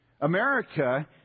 America